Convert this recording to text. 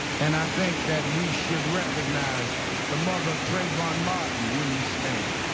and i think that we should recognize the mother of trayvon martin, will you stand.